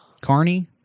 Carney